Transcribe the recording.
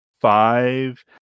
five